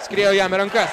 skriejo jam į rankas